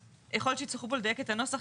יכול להיות שיצטרכו פה לדייק את הנוסח,